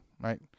right